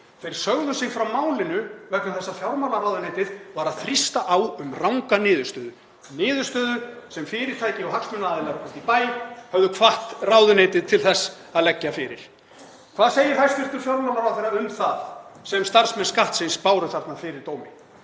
Þeir sögðu sig frá málinu vegna þess að fjármálaráðuneytið var að þrýsta á um ranga niðurstöðu sem fyrirtæki og hagsmunaaðilar úti í bæ höfðu hvatt ráðuneytið til þess að leggja fyrir. Hvað segir hæstv. fjármálaráðherra um það sem starfsmenn Skattsins sögðu þarna fyrir dómi?